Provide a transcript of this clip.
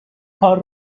کار